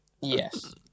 Yes